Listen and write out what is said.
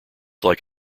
like